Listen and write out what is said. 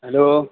hello